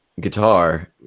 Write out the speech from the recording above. guitar